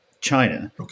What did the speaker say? China